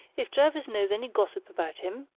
if jervis knows any gossip about him,